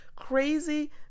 crazy